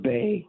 Bay